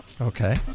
Okay